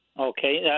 Okay